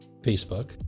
Facebook